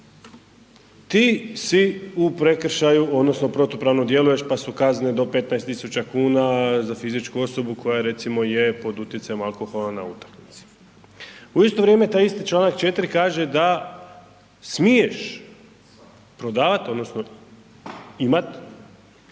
ti si u prekršaju odnosno protupravno djeluješ, pa su kazne do 15.000,00 kn za fizičku osobu koja recimo je pod utjecajem alkohola na utakmici. U isto vrijeme taj isti čovjek, četiri, kaže da smiješ prodavat odnosno imat,